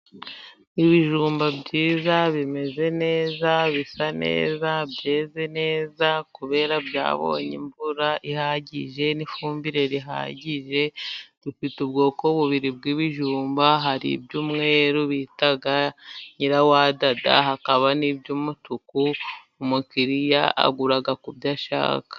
Ibijumba byiza bimeze neza, bisa neza, byeze neza, ku kubera byabonye imvura ihagije n'ifumbire ihagije, dufite ubwoko bubiri bw'ibijumba hari iby'umweru bita nyirawadada, hakaba n'iby'umutuku umukiriya agura ku byo ashaka.